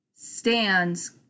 Stands